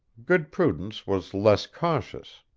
good prudence was less cautious.